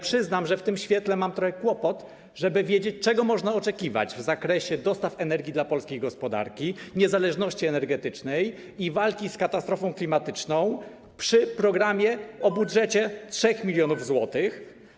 Przyznam, że w tym świetle mam trochę kłopot z tym, żeby wiedzieć, czego można oczekiwać w zakresie dostaw energii dla polskiej gospodarki, niezależności energetycznej i walki z katastrofą klimatyczną przy programie o budżecie 3 mln zł.